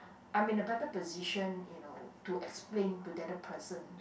I'm in a better position you know to explain to the other presence